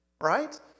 right